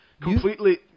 completely –